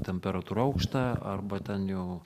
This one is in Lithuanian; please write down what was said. temperatūra aukšta arba ten jau